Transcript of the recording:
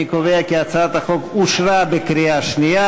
אני קובע כי הצעת החוק אושרה בקריאה שנייה.